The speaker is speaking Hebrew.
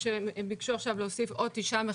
כשהם ביקשו עכשיו להוסיף עוד תשעה מכלים,